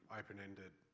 open-ended